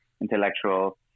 intellectual